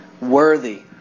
worthy